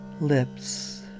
Lips